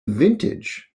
vintage